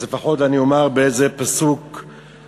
אז לפחות אני אומר, באיזה פסוק כתוב